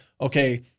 okay